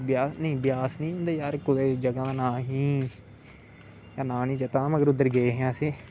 ब्यास नी यार कुदे होर जगह दा नां ही नां नी चेता मगर उद्धर गे हे अस